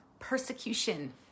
persecution